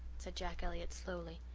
said jack elliott slowly.